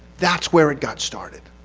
that's where it got started.